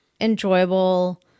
enjoyable